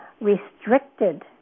restricted